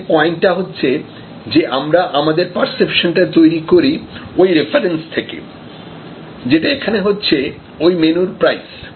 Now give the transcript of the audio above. এখানে পয়েন্ট টা হচ্ছে যে আমরা আমাদের পারসেপশন টা তৈরি করি ওই রেফারেন্স থেকে যেটা এখানে হচ্ছে ওই মেনুর প্রাইস